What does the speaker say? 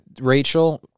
Rachel